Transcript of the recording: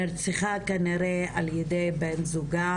נרצחה כנראה על ידי בן זוגה